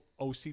OC